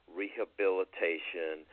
rehabilitation